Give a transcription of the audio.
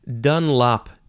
Dunlop